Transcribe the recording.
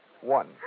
One